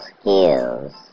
skills